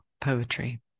poetry